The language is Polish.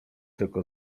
tylko